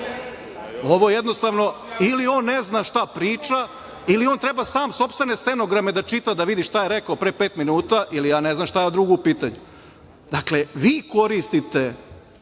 šta je ovo, ovo ili on ne zna šta on priča ili on treba svoje sopstvene stenograme da čita da on vidi šta je rekao pre pet minuta, ja ne znam šta je drugo u pitanju. Dakle, vi koristite